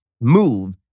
move